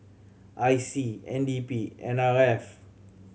I C N D P and N R F